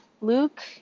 Luke